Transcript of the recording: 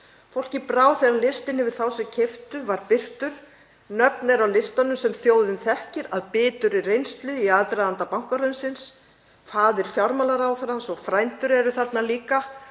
Fólki brá þegar listinn yfir þá sem keyptu var birtur. Nöfn eru á listanum sem þjóðin þekkir af biturri reynslu í aðdraganda bankahrunsins. Faðir fjármálaráðherrans og frændur eru þarna líka,